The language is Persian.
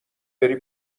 بری